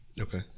Okay